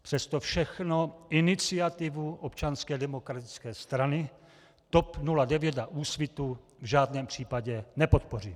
Přes to všechno iniciativu Občanské demokratické strany, TOP 09 a Úsvitu v žádném případě nepodpořím.